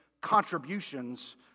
contributions